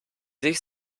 sich